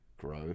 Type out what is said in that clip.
grow